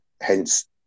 Hence